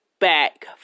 back